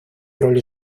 роль